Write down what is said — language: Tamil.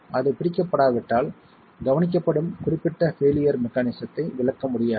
அது பிடிக்கப்படாவிட்டால் கவனிக்கப்படும் குறிப்பிட்ட பெயிலியர் மெக்கானிசத்தை விளக்க முடியாது